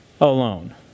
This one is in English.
alone